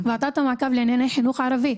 ועדת המעקב לענייני חינוך ערבי.